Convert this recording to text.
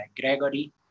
gregory